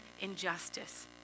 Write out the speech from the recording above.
injustice